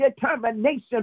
determination